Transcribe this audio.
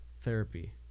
therapy